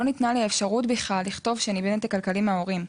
לא ניתנה לי האפשרות בכלל לכתוב שאני בנתק כלכלי מההורים.